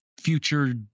future